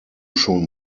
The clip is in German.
schon